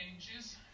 changes